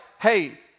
hey